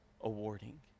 awarding